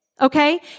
Okay